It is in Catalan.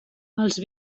els